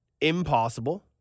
impossible